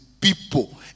people